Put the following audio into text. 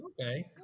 Okay